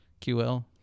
QL